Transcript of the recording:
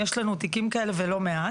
יש לנו תיקים כאלה, ולא מעט.